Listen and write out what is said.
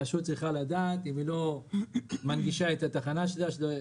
הרשות צריכה לדעת שאם היא לא מנגישה את התחנות היא צפויה